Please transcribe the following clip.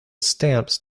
stamps